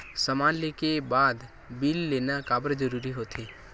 समान ले के बाद बिल लेना काबर जरूरी होथे?